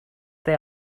they